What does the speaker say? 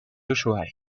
usuario